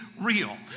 real